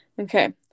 Okay